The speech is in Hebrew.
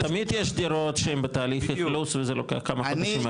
תמיד יש דירות שהן בתהליך אכלוס וזה לוקח כמה חודשים,